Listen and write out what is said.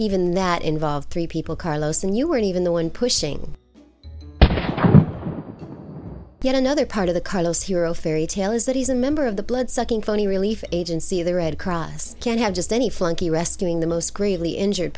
even that involved three people carlos and you weren't even the one pushing yet another part of the carlos hero fairy tale is that he's a member the bloodsucking phony relief agency the red cross can't have just any flunky rescuing the most gravely injured